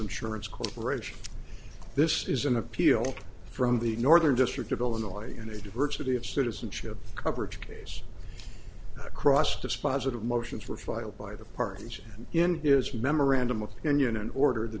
insurance corporation this is an appeal from the northern district of illinois and a diversity of citizenship coverage case across dispositive motions were filed by the party in his memorandum opinion and order t